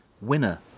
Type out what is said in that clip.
Winner